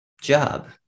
job